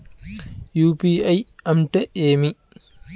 UPI అంటే ఏమి?